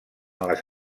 les